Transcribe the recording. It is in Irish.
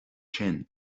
sin